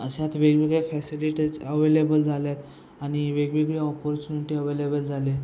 अशा आत वेगवेगळ्या फॅसिलिटीज अवेलेबल झाल्यात आणि वेगवेगळ्या ऑपॉर्च्युनिटी अव्हेलेबल झाले